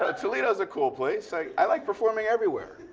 ah toledo's a cool place. i i like performing everywhere.